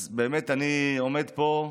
אז אני עומד פה,